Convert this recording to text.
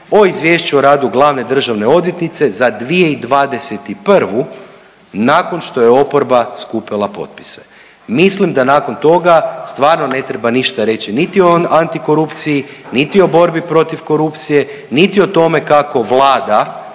o Izvješću o radu glavne državne odvjetnice za 2021. nakon što je oporba skupljala potpise. Mislim da nakon toga stvarno ne treba ništa reći niti o antikorupciji, niti o borbi protiv korupcije, niti o tome kako Vlada